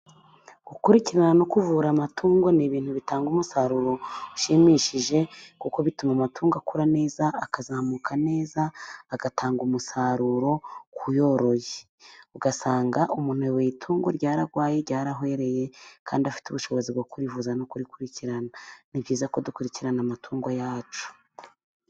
Gukurikirana no kuvura amatungo ni ibintu bitanga umusaruro ushimishije, kuko bituma amatungo akura neza, akazamuka neza, agatanga umusaruro ku uyoroye. usanga umuntu yoroye itungo ryararwaye ryarahwereye, kandi afite ubushobozi bwo kurivuza no kurikurikirana. Ni byiza ko dukurikirana amatungo yacu.